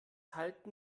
halten